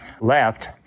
left